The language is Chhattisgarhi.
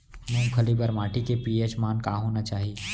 मूंगफली बर माटी के पी.एच मान का होना चाही?